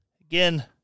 Again